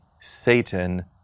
Satan